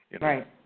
Right